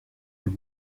los